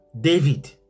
David